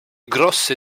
grosse